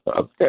Okay